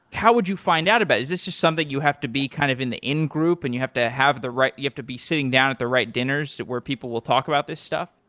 how would you find out about it? is this just something you have to be kind of in the in group and you have to have the right you have to be sitting down at the right dinners where people will talk about this stuff?